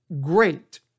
great